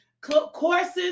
Courses